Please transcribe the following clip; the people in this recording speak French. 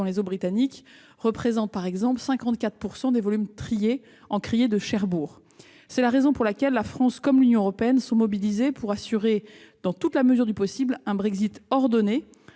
dans les eaux britanniques représentent, par exemple, 54 % des volumes traités en criée de Cherbourg. C'est pourquoi la France et l'Union européenne sont mobilisées pour assurer, dans la mesure du possible, un Brexit ordonné,